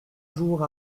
jour